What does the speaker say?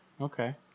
Okay